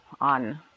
on